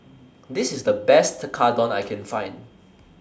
This IS The Best Tekkadon I Can Find